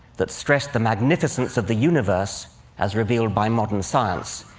that stressed the magnificence of the universe as revealed by modern science,